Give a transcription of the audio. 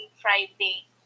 Friday